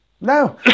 No